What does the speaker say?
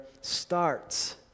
starts